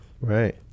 right